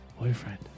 Boyfriend